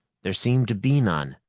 there seemed to be none.